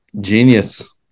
genius